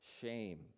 shame